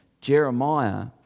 Jeremiah